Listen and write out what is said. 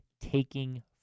taking